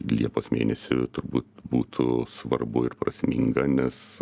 liepos mėnesį turbūt būtų svarbu ir prasminga nes